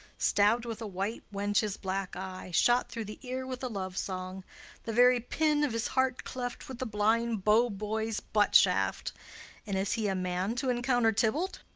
stabb'd with a white wench's black eye shot through the ear with a love song the very pin of his heart cleft with the blind bow-boy's butt-shaft and is he a man to encounter tybalt?